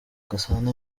gasana